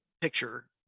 picture